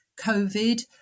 COVID